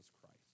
Christ